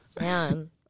Man